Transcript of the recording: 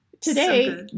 today